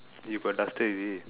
you got duster is it